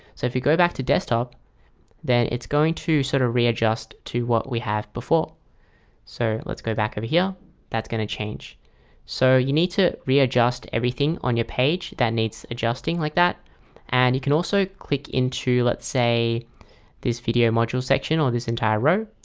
so if you go back to desktop then it's going to sort of readjust to what we have before so let's go back over here that's going to change so you need to readjust everything on your page that needs adjusting like that and you can also click into let's say this video module section or this entire row?